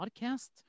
podcast